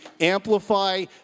amplify